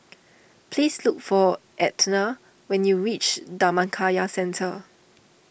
please look for Etna when you reach Dhammakaya Centre